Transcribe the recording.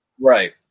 Right